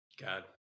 God